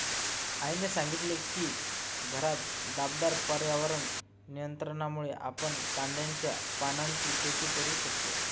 आईने सांगितले की घरात उबदार पर्यावरण नियंत्रणामुळे आपण कांद्याच्या पानांची शेती करू शकतो